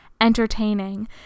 entertaining